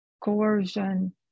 coercion